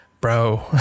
bro